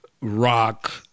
rock